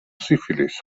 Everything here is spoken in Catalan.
sífilis